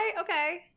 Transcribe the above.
okay